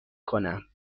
کنم